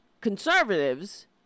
conservatives